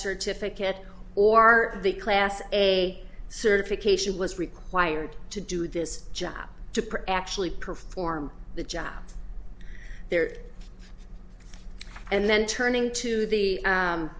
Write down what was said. certificate or the class a certification was required to do this job to actually perform the job there and then turning to the